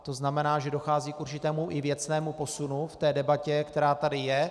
To znamená, že dochází k určitému i věcnému posunu v té debatě, která tady je.